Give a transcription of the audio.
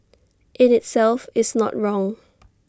in itself is not wrong